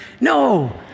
No